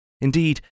Indeed